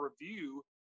review